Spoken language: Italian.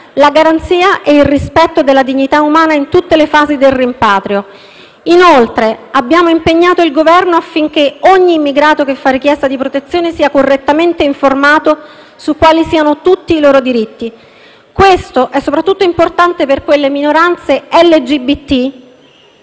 la garanzia e il rispetto della dignità umana in tutte le fasi del rimpatrio. Inoltre, abbiamo impegnato il Governo affinché ogni immigrato che fa richiesta di protezione sia correttamente informato su quali siano tutti i suoi diritti. Questo è soprattutto importante per quelle minoranze LGBT,